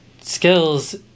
skills